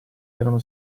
erano